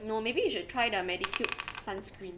no maybe you should try the Medicube sunscreen